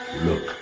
Look